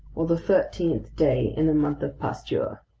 or the thirteenth day in the month of pasture.